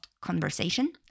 conversation